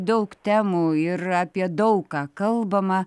daug temų ir apie daug ką kalbama